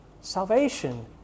Salvation